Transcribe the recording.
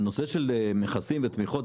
על הנושא של מכסים ותמיכות.